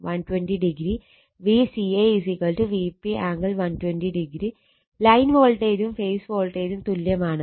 Vca Vp angle 120o line വോൾട്ടേജും phase വോൾട്ടേജും തുല്യമാണ്